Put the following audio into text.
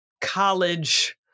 college